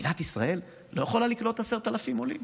מדינת ישראל לא יכולה לקלוט 10,000 עולים?